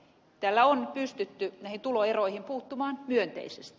tällä on pystytty näihin tuloeroihin puuttumaan myönteisesti